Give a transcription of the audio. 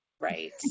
Right